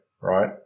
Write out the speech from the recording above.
right